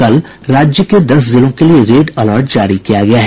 कल राज्य के दस जिलों के लिये रेड अलर्ट जारी किया गया है